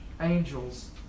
angels